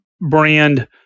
brand